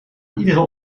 iedere